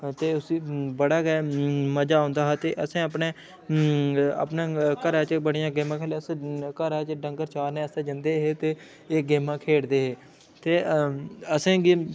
ते उसी बड़ा गै मजा औंदा हा ते असें अपने अपने घरै च बड़ियां गेमां खेलियां असें घरै चा डंगर चारने आस्तै जंदे हे ते एह् गेमां खेढदे हे ते असेंगी